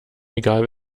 egal